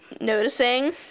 noticing